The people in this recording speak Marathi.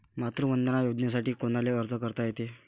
मातृवंदना योजनेसाठी कोनाले अर्ज करता येते?